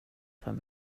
för